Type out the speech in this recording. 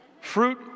fruit